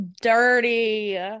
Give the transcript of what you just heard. dirty